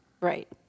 Right